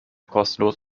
kostenlos